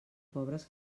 pobres